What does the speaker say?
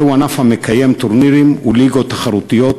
זהו ענף המקיים טורנירים וליגות תחרותיות,